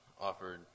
offered